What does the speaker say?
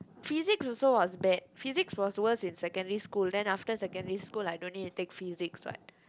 physics also was bad physics was worse in secondary school then after secondary school I don't need to take physics what